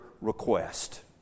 request